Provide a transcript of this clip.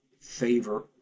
favor